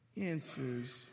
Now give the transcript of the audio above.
answers